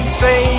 say